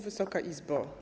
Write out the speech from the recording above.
Wysoka Izbo!